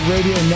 Radio